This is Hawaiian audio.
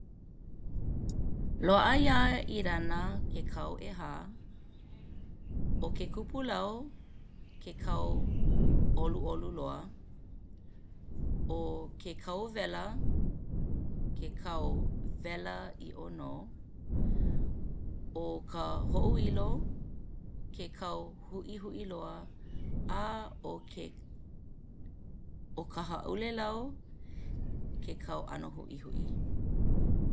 Loaʻa iā Irana ke kau ʻehā. ʻO ke kupulau ke kau ʻoluʻolu loa, ʻo ke kauwela ke kau wela iʻo nō, ʻo ka hoʻoilo ke kau huʻihuʻi loa a ʻo ke ʻo ka hāʻulelau ke kau ʻano huʻihuʻi.